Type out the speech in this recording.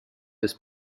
des